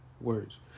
words